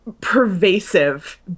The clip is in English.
pervasive